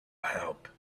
help